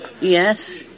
Yes